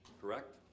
Correct